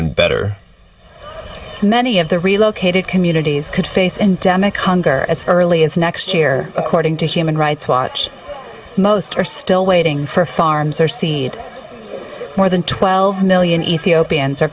been better many of the relocated communities could face and demick hunger as early as next year according to human rights watch most are still waiting for farms are seen more than twelve million ethiopians are